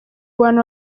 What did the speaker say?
bantu